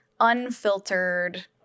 unfiltered